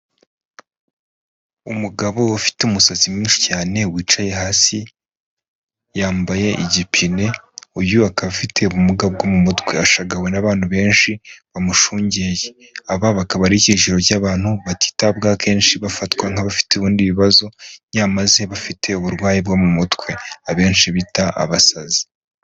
Umugabo ufite umusatsi mwinshi cyane wicaye hasi, yambaye igipine, uyu akaba afite ubumuga bwo mu mutwe, ashagawe n'abantu benshi bamushungeye, aba bakaba ari icyiciro cy'abantu batitabwaho akenshi bafatwa nk'abafite ibindi bibazo, nyamaze bafite uburwayi bwo mu mutwe abenshi bita abasazi.